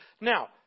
now